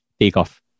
takeoff